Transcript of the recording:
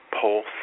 pulse